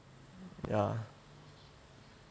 ya